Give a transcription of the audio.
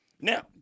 now